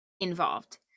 involved